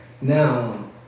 Now